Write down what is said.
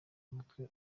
umutwe